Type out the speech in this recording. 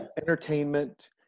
entertainment